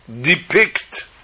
depict